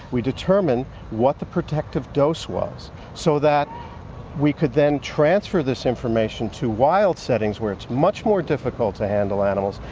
we determined what the protective dose was so that we could then transfer this information to wild settings, where it's much more difficult to handle animals,